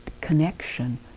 connection